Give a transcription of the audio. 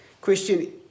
Question